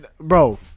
Bro